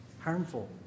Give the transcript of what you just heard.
harmful